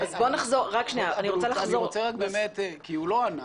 הוא לא ענה.